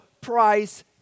price